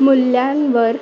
मूल्यांवर